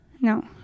No